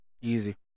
Easy